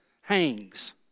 hangs